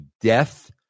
death